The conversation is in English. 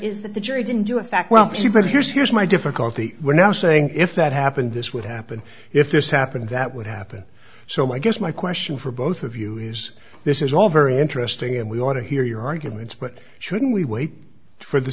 is that the jury didn't do a fact well people here's here's my difficulty we're now saying if that happened this would happen if this happened that would happen so i guess my question for both of you is this is all very interesting and we want to hear your arguments but shouldn't we wait for the